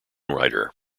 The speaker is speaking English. writer